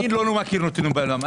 אני לא מכיר נתונים בעולם.